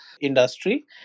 industry